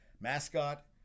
mascot